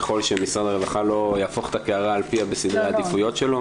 ככל שמשרד הרווחה לא יהפוך את הקערה על פיה בסדרי העדיפויות שלו,